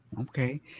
Okay